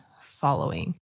following